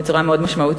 בצורה מאוד משמעותית.